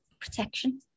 Protection